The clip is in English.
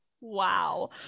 Wow